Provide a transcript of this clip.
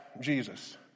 Jesus